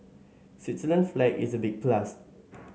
Switzerland's flag is a big plus